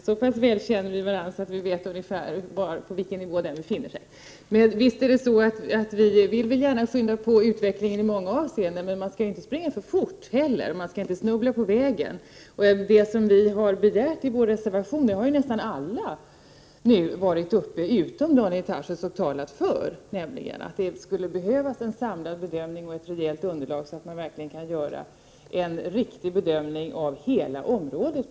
Herr talman! Vi skall väl inte tvista om Daniel Tarschys uppfattningsförmåga — så pass väl känner vi varandra att vi vet ungefär var vi har varandra i det avseendet. Visst vill vi gärna skynda på utvecklingen i många avseenden, men man skall inte heller springa för fort, och man skall inte snubbla på vägen. Det som vi har begärt i vår reservation har ju nästan alla utom Daniel Tarschys nu talat för, nämligen att det skulle behövas en samlad bedömning och ett rejält underlag, så att man verkligen kan göra en riktig bedömning av hela området.